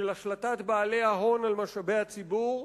של השלטת בעלי ההון על משאבי הציבור,